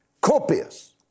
copious